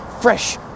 fresh